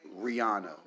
Rihanna